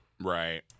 Right